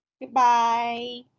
Goodbye